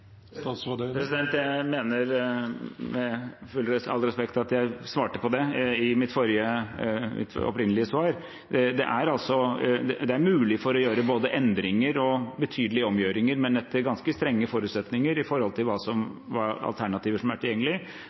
Jeg mener – med all respekt – at jeg svarte på det i mitt opprinnelige svar. Det er mulighet for å gjøre både endringer og betydelige omgjøringer, men etter ganske strenge forutsetninger, ut fra hva som er tilgjengelig av alternativer. Her har vi altså ikke sett det slik at det er